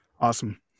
Awesome